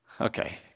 Okay